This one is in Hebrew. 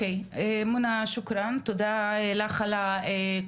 תודה רבה.